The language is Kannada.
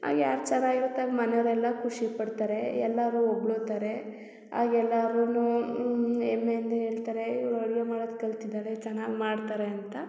ಆಗ ಯಾರು ಚೆನ್ನಾಗಿರುತ್ತೆ ಆಗ ಮನೆಯವ್ರೆಲ್ಲ ಖುಷಿಪಡ್ತಾರೆ ಎಲ್ಲರೂ ಹೊಗ್ಳುತಾರೆ ಆಗ ಎಲ್ಲಾರೂ ಹೆಮ್ಮೆಯಿಂದ ಹೇಳ್ತಾರೆ ಇವ್ಳು ಅಡುಗೆ ಮಾಡೋದು ಕಲ್ತಿದ್ದಾಳೆ ಚೆನ್ನಾಗಿ ಮಾಡ್ತಾರೆ ಅಂತ